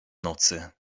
nocy